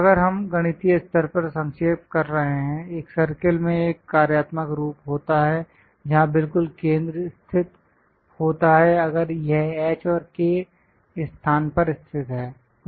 अगर हम गणितीय स्तर पर संक्षेप कर रहे हैं एक सर्कल में एक कार्यात्मक रूप होता है जहां बिल्कुल केंद्र स्थित होता है अगर यह h और k स्थान पर स्थित है